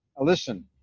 listen